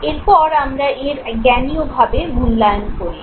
এরপর আমরা এর জ্ঞানীয়ভাবে মূল্যায়ন করি